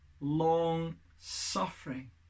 long-suffering